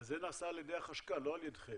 אבל זה נעשה על ידי החשכ"ל, לא על ידכם.